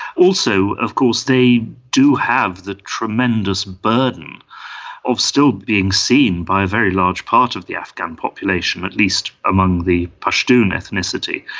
also of course they do have the tremendous burden of still being seen by a very large part of the afghan population, at least among the pashtun ethnicity,